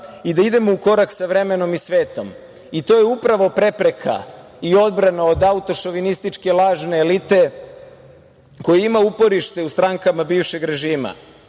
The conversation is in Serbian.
i da idemo ukorak sa vremenom i svetom. I to je upravo prepreka i odbrana od autošovinističke lažne elite koja ima uporište u strankama bivšeg režima. Imali